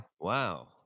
Wow